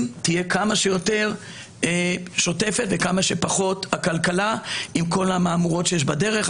תהיה כמה שיותר שוטפת וכמה שפחות עקלקלה עם כל המהמורות שיש בדרך.